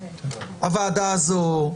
הוועדה הזו,